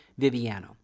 Viviano